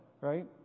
Right